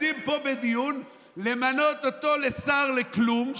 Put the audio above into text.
עומדים פה בדיון למנות אותו לשר לכלום,